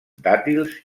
dàtils